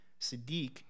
Sadiq